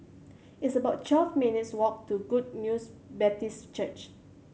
it's about twelve minutes' walk to Good News Baptist Church